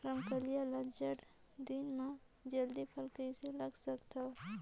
रमकलिया ल जाड़ा दिन म जल्दी फल कइसे लगा सकथव?